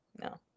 No